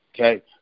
Okay